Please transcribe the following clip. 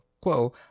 Quo